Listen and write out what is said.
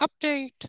update